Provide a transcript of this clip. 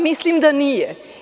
Mislim da nije.